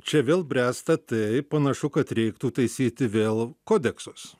čia vėl bręsta tai panašu kad reiktų taisyti vėl kodeksus